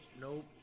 nope